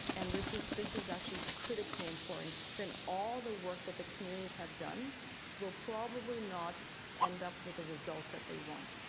and this is this is actually critically important, then all of the work that the communities have done will probably not end up with the results that they want.